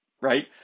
right